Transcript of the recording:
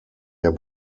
der